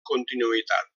continuïtat